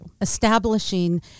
Establishing